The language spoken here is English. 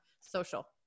social